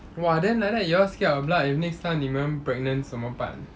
!wah! then like that you all scared of blood if next time 你们 pregnant 怎么办